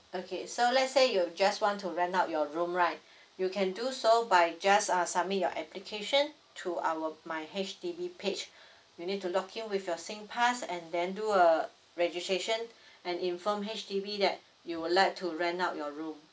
okay so let's say you just want to rent out your room right you can do so by just uh submit your application to our my H_D_B page you need to login with your singpass and then do a registration and inform H_D_B that you would like to rent out your room